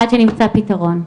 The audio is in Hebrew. עד שנמצא פתרון,